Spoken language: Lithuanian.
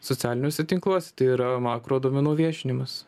socialiniuose tinkluose tai yra makro duomenų viešinimas